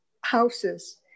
houses